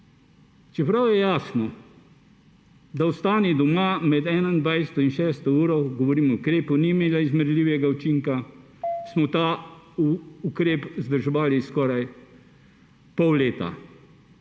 Čeprav je jasno, da ostani doma med 21. in 6. uro, govorim o ukrepu, ni imel izmerljivega učinka, smo ta ukrep vzdrževali skoraj pol leta.